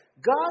God